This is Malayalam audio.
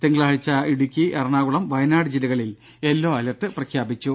തിങ്കളാഴ്ച ഇടുക്കി എറണാകുളം വയനാട് ജില്ലകളിൽ യെല്ലോ അലെർട് പ്രഖ്യാപിച്ചു